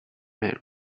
map